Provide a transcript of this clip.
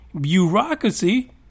bureaucracy